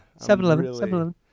7-Eleven